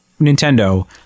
Nintendo